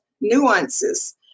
nuances